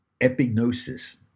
epignosis